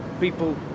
people